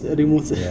remote